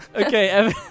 okay